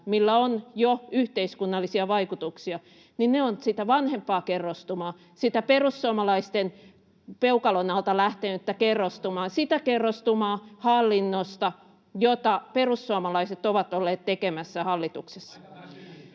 millä on jo yhteiskunnallisia vaikutuksia, on sitä vanhempaa kerrostumaa, sitä perussuomalaisten peukalon alta lähtenyttä kerrostumaa, sitä kerrostumaa hallinnosta, jota perussuomalaiset ovat olleet tekemässä hallituksessa.